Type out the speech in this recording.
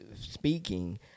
speaking